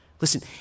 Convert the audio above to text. Listen